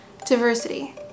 diversity